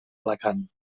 alacant